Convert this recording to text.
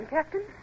Captain